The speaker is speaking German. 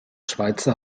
schweitzer